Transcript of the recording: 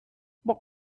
what